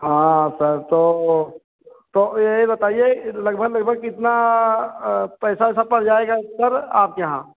हाँ सर तो तो यही बताईए लगभग लगभग कितना पैसा ओसा पड़ जाएगा सर आपके यहाँ